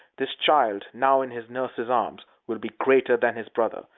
this child, now in his nurse's arms, will be greater than his brother.